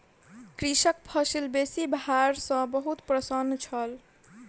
कृषक फसिल बेसी भार सॅ बहुत प्रसन्न छल